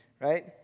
Right